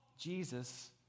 Jesus